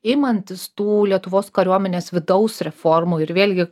imantis tų lietuvos kariuomenės vidaus reformų ir vėlgi